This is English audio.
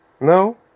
No